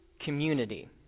community